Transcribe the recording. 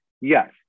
Yes